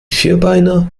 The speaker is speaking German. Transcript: vierbeiner